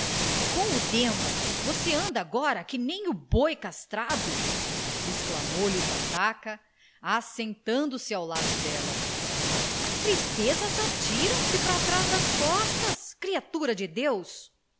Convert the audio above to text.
o demo você anda agora que nem o boi castrado exclamou lhe o pataca assentando se ao lado dela as tristezas atiram se para trás das costas criatura de deus